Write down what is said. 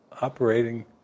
operating